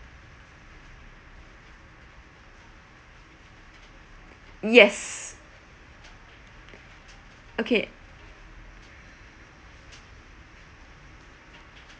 yes okay